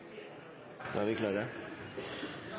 da vi